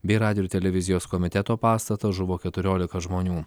bei radijo ir televizijos komiteto pastatą žuvo keturiolika žmonių